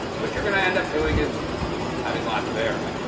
what you're gonna end up doing is having lots of errors,